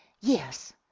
yes